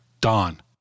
Dawn